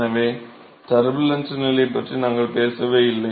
எனவே டர்புலன்ட் நிலை பற்றி நாங்கள் பேசவே இல்லை